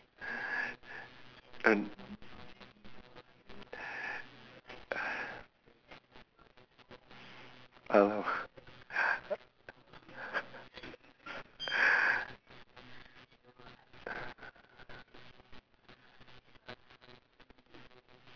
oh